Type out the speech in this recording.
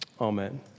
Amen